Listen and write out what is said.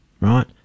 right